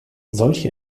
solche